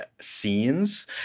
scenes